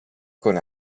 con